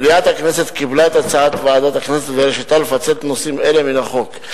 מליאת הכנסת קיבלה את הצעת ועדת הכנסת והרשתה לפצל נושאים אלה מן החוק.